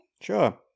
Sure